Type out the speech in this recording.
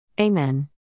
Amen